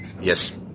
yes